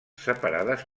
separades